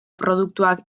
produktuak